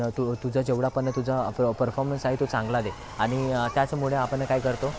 तो तुझं जेवढा पण तुझा प्र परफॉर्मेंस आहे तो चांगला दे आणि त्याचमुळे आपण काय करतो